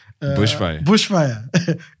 Bushfire